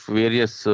various